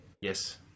Yes